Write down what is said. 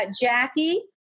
Jackie